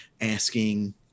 asking